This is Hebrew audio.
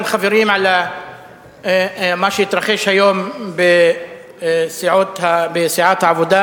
חברים על מה שהתרחש היום בסיעת העבודה,